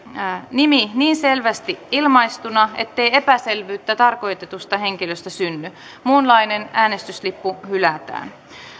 nimi niin selvästi ilmaistuna ettei epäselvyyttä tarkoitetusta henkilöstä synny muunlainen äänestyslippu hylätään